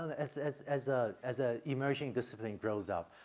and as as as a as a emerging discipline grows up,